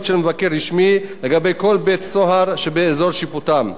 של מבקר רשמי לגבי כל בית-סוהר שבאזור שיפוטם.